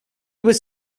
was